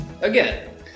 again